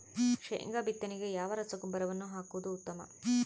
ಶೇಂಗಾ ಬಿತ್ತನೆಗೆ ಯಾವ ರಸಗೊಬ್ಬರವನ್ನು ಹಾಕುವುದು ಉತ್ತಮ?